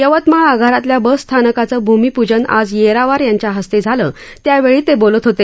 यवतमाळ आगारातल्या बसस्थानकाचं भूमिपूजन आज येरावार यांच्या हस्ते झालं त्यावेळी ते बोलत होते